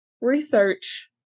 research